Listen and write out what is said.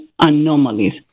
anomalies